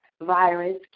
virus